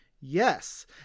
Yes